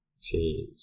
change